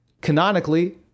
Canonically